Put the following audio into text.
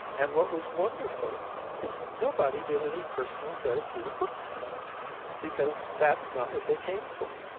and what was wonderful is nobody did any personal therapeutic work because that's not what they came for.